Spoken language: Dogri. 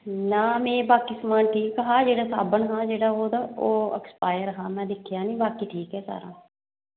ना में बाकी समान ठीक हा ते जेह्ड़ा साबन हा ओह् में बाकी दिक्खेआ निं पर बाकी ठीक हा सारा